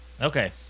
Okay